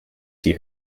see